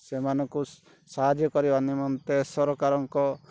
ସେମାନଙ୍କୁ ସାହାଯ୍ୟ କରିବା ନିମନ୍ତେ ସରକାରଙ୍କ